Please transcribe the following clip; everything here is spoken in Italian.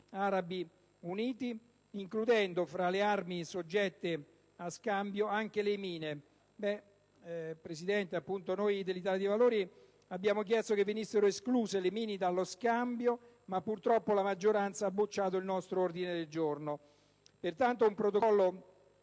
Arabi Uniti, includendo fra le armi soggette a scambio anche le mine. Ebbene, Presidente, noi dell'Italia dei Valori, abbiamo chiesto che venissero escluse le mine dallo scambio, ma purtroppo la maggioranza ha bocciato il nostro ordine del giorno. Pertanto un Protocollo